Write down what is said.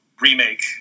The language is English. remake